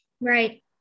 Right